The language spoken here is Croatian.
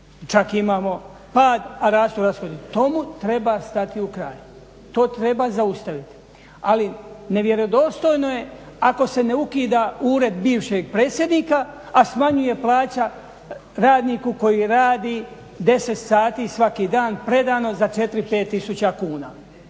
čak imamo pad a rast u rashodu. Tome treba stati na kraj. To treba zaustaviti. Ali, nevjerodostojno je ako se ne ukida Ured bivšeg predsjednika, a smanjuje plaća radniku koji radi 10 sati svaki dan predano za 4, 5 tisuća kuna.